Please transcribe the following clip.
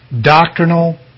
doctrinal